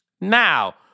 Now